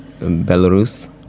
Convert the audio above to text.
Belarus